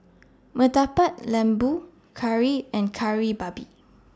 Murtabak Lembu Curry and Kari Babi